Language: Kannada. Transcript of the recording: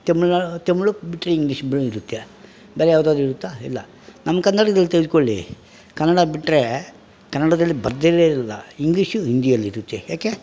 ತಮಿಳನ್ನ ತಮಿಳು ಬಿಟ್ಟರೆ ಇಂಗ್ಲೀಷ್ ಬೇರೆ ಇರುತ್ತೆ ಬೇರೆ ಯಾವ್ದಾದ್ರು ಇರುತ್ತಾ ಇಲ್ಲಾ ನಮ್ಮ ಕರ್ನಾಟಕದಲ್ಲಿ ತೆಗೆದ್ಕೊಳ್ಳಿ ಕನ್ನಡ ಬಿಟ್ಟರೇ ಕನ್ನಡದಲ್ಲಿ ಬರ್ದಲ್ಲೇ ಇರೋಲ್ಲ ಇಂಗ್ಲೀಷು ಹಿಂದಿಯಲ್ಲಿರುತೆ ಯಾಕೆ